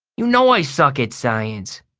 you know i suck at science.